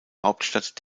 hauptstadt